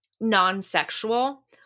non-sexual